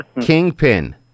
Kingpin